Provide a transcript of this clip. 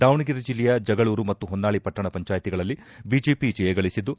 ದಾವಣಗೆರೆ ಜಿಲ್ಲೆಯ ಜಗಳೂರು ಮತ್ತು ಹೊನ್ನಾಳಿ ಪಟ್ಟಣ ಪಂಚಾಯತಿಗಳಲ್ಲಿ ಬಿಜೆಪಿ ಜಯಗಳಿಸಿದ್ದು